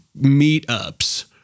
meetups